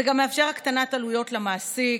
זה גם מאפשר הקטנת עלויות למעסיק,